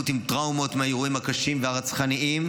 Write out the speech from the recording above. עם טראומות מהאירועים הקשים והרצחניים,